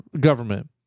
government